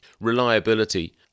Reliability